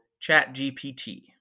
ChatGPT